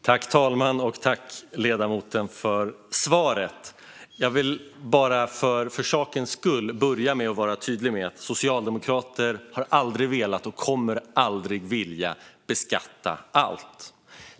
Herr talman! Tack, ledamoten, för svaret! Jag vill bara för sakens skull vara tydlig med att socialdemokrater aldrig har velat och aldrig kommer att vilja beskatta allt.